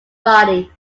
body